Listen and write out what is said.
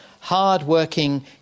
hard-working